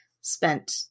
spent